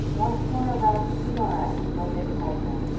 once more aroused cunora in great excitement,